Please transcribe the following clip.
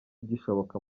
igishoboka